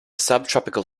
subtropical